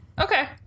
Okay